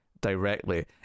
directly